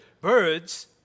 Birds